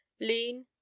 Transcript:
lean